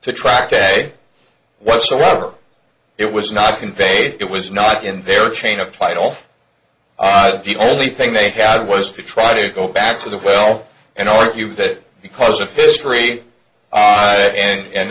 to track today whatsoever it was not conveyed it was not in their chain of title the only thing they had was to try to go back to the well and argue that because of history and